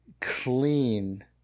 clean